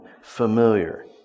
familiar